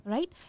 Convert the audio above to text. Right